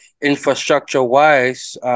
infrastructure-wise